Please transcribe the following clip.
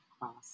Cross